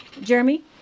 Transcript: Jeremy